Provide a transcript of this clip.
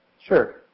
Sure